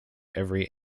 every